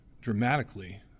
dramatically